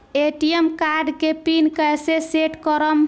ATM card के pin कैसे set करम?